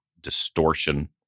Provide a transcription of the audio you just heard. distortion